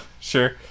sure